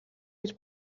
гэж